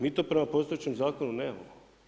Mi to prema postojećem zakonu nemamo.